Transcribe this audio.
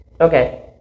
Okay